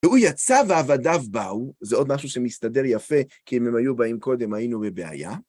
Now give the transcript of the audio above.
והוא יצא ועבדיו באו, זה עוד משהו שמסתדר יפה כי אם הם היו באים קודם היינו בבעיה.